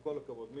מה קורה בסוף?